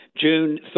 June